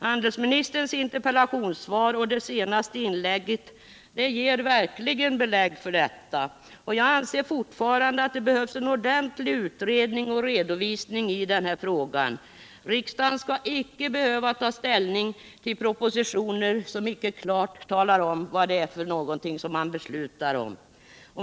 Handelsministerns interpellationssvar och hans senaste inlägg ger belägg för detta. Jag anser fortfarande att det behövs en ordentlig utredning och redovisning i frågan. Riksdagen skall inte behöva ta ställning till propositioner som inte klart talar om vad det är för någonting som man skall besluta om.